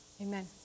Amen